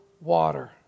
water